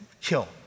kill